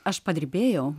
aš padirbėjau